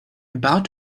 about